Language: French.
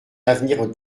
avenir